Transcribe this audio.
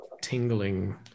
tingling